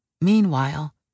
Meanwhile